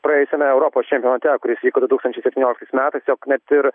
praėjusiame europos čempionate kuris vyko du tūkstančiai septynioliktais metais jog net ir